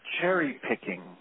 cherry-picking